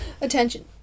Attention